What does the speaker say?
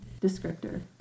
descriptor